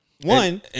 One